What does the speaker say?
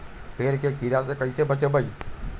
पेड़ के कीड़ा से कैसे बचबई?